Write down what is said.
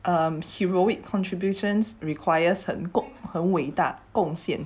um heroic contributions requires 很 gok 很伟大贡献